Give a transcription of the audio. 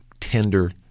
tender